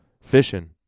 fishing